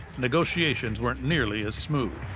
negotiations weren't nearly as smooth.